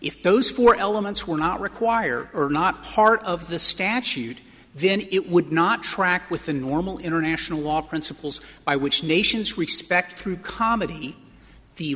if those four elements were not require are not part of the statute then it would not track with the normal international law principles by which nations respect through comedy the